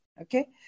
Okay